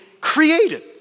created